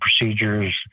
procedures